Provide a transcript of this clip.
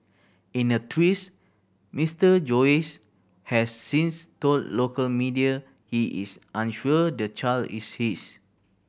in a twist Mister Joyce has since told local media he is unsure the child is his